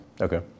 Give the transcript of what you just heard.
Okay